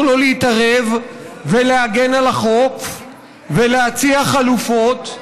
לו להתערב ולהגן על החוף ולהציע חלופות.